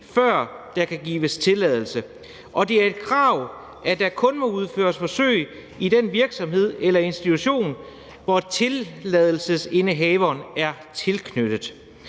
før der kan gives tilladelse. Og det er et krav, at der kun må udføres forsøg i den virksomhed eller institution, hvor tilladelsesindehaveren er tilknyttet.